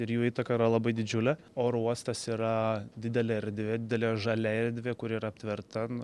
ir jų įtaka yra labai didžiulė oro uostas yra didelė erdvė didelė žalia erdvė kuri yra aptverta